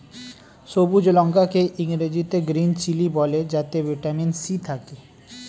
সবুজ লঙ্কা কে ইংরেজিতে গ্রীন চিলি বলে যাতে ভিটামিন সি থাকে